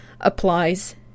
applies